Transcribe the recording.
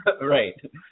Right